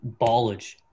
Ballage